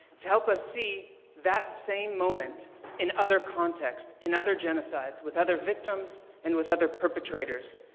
to help us see that same moment in other context, in other genocides, with other victims, and with other perpetrators.